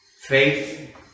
faith